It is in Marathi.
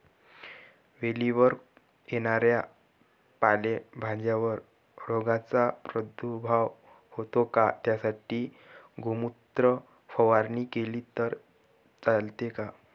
वेलीवर येणाऱ्या पालेभाज्यांवर रोगाचा प्रादुर्भाव होतो का? त्यासाठी गोमूत्र फवारणी केली तर चालते का?